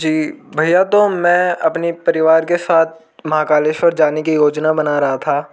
जी भय्या तो मैं अपने परिवार के साथ महाकालेश्वर जाने की योजना बना रहा था